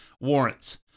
warrants